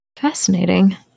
Fascinating